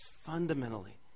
fundamentally